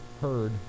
heard